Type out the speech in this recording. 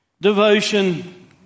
devotion